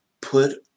put